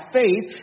faith